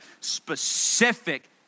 specific